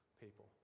people